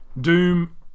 Doom